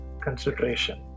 consideration